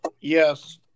yes